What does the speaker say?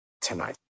tonight